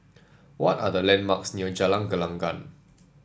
what are the landmarks near Jalan Gelenggang